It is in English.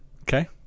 Okay